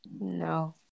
No